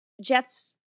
Jeff's